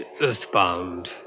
earthbound